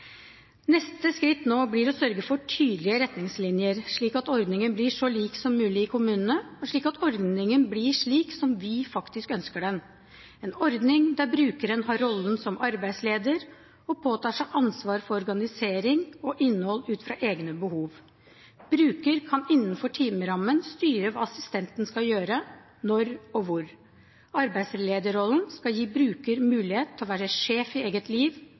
Neste skritt blir å sørge for tydelige retningslinjer, slik at ordningen blir så lik som mulig i kommunene, og slik at ordningen blir slik som vi ønsker den: en ordning der brukeren har rollen som arbeidsleder og påtar seg ansvaret for organisering og innhold ut fra egne behov. Bruker kan innenfor timerammen styre hva assistenten skal gjøre når, og hvor. Arbeidslederrollen skal gi bruker mulighet til å være sjef i eget liv